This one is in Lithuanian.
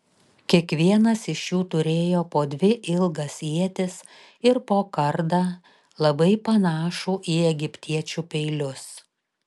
kiekvienas iš jų turėjo po dvi ilgas ietis ir po kardą labai panašų į egiptiečių peilius